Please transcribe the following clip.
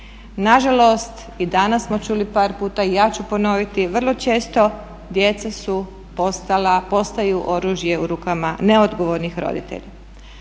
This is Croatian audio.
Nažalost, i danas smo čuli par puta i ja ću ponoviti vrlo često djeca postaju oružje u rukama neodgovornih roditelja.